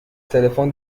تلفن